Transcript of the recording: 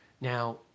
Now